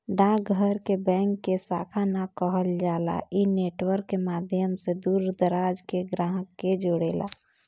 डाक घर के बैंक के शाखा ना कहल जाला इ नेटवर्क के माध्यम से दूर दराज के ग्राहक के जोड़ेला